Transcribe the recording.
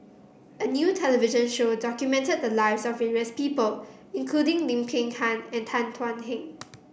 a new television show documented the lives of various people including Lim Peng Han and Tan Thuan Heng